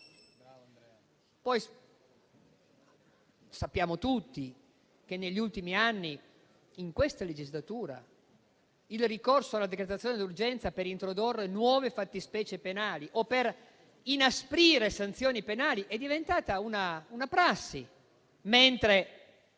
Poi sappiamo tutti che negli ultimi anni, in questa legislatura, il ricorso alla decretazione d'urgenza per introdurre nuove fattispecie penali o per inasprire sanzioni penali è diventata una prassi,